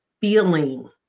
feeling